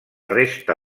resta